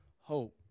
hope